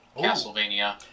Castlevania